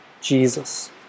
Jesus